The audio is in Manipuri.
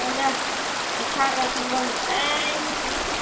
ꯍꯣꯏꯗ ꯑꯣꯛꯁꯥꯒ ꯑꯩꯁ